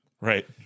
Right